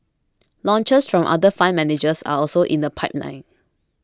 launches from other fund managers are also in the pipeline